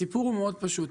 הסיפור מאוד פשוט.